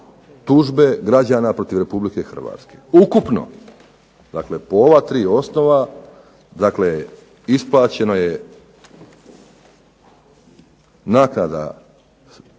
tužbe građana protiv Republike Hrvatske. Ukupno, po ova tri osnova dakle, isplaćeno je naknada